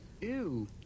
Ew